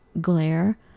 glare